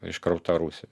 iškrauta rusijoj